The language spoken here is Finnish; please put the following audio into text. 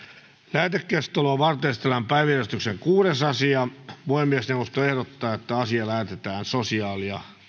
lähetekeskustelua varten esitellään päiväjärjestyksen kuudes asia puhemiesneuvosto ehdottaa että asia lähetetään sosiaali ja